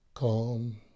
Calm